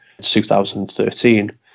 2013